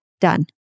Done